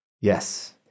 Yes